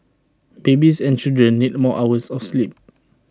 babies and children need more hours of sleep